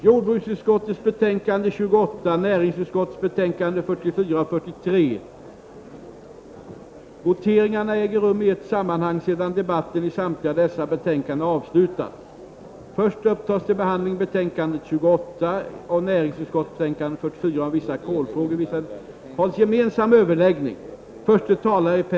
Näringsutskottets betänkanden 42, 28, 38 och 40 kommer att behandlas i nu nämnd ordning. Voteringarna äger rum i ett sammanhang efter avslutad debatt. Först upptas alltså näringsutskottets betänkande 42 om industriell tillväxt och förnyelse.